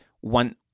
one